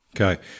Okay